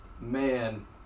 Man